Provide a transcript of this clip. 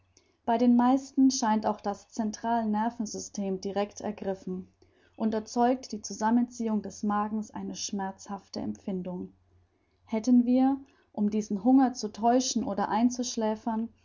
bei den meisten scheint auch das central nervensystem direct ergriffen und erzeugt die zusammenziehung des magens eine schmerzhafte empfindung hätten wir um diesen hunger zu täuschen oder einzuschläfern